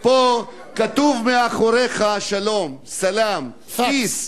פה כתוב, מאחוריך: "שלום", "סלאם", "peace".